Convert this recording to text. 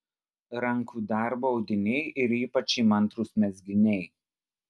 rankų darbo audiniai ir ypač įmantrūs mezginiai